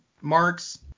marks